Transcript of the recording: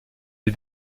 des